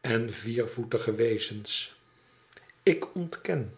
en viervoetige wezens ik ontken